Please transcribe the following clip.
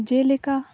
ᱡᱮᱞᱮᱠᱟ